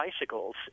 bicycles